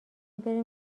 بریم